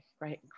right